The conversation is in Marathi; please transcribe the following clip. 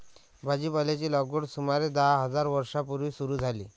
भाजीपाल्याची लागवड सुमारे दहा हजार वर्षां पूर्वी सुरू झाली